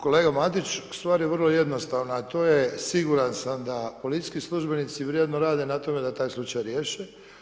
Kolega Matiću stvar je vrlo jednostavna, a to je siguran sam da policijski službenici vrijedno rade na tome da taj slučaj riješe.